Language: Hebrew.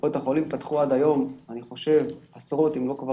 קופות החולים פתחו עד היום עשרות אם לא יותר